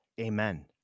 Amen